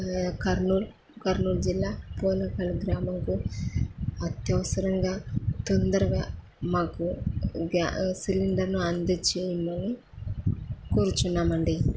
కర్నూల్ కర్నూల్ జిల్లా పూనకాళ గ్రామంకు అత్యవసరంగా తొందరగా మాకు గ్యాస్ సిలిండర్ను అందించేయమని కూర్చున్నామండి